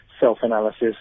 self-analysis